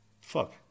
fuck